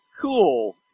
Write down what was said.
cool